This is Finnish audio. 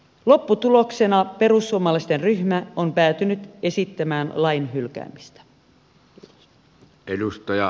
lopputuloksena perussuomalaisten ryhmä on päätynyt esittämään lain hylkäämistä